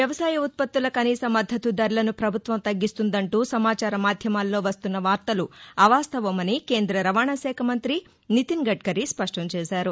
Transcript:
వ్యవసాయ ఉత్పత్తుల కనీస మద్దతు ధరలను పభుత్వం తగ్గిస్తుందంటూ సమాచార మాధ్యమాల్లో వస్తున్న వార్తలు అవాస్తవమని కేంద్ర రవాణా శాఖ మంతి నితిన్ గడ్కరి స్పష్టం చేశారు